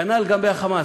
כנ"ל לגבי ה"חמאס".